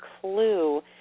clue